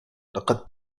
لقد